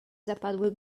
zapadły